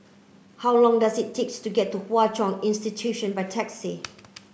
how long does it take to get to Hwa Chong Institution by taxi